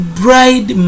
bride